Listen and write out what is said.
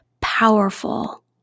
powerful